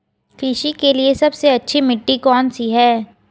कृषि के लिए सबसे अच्छी मिट्टी कौन सी है?